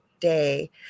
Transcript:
day